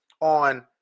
on